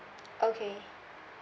okay